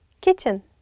kitchen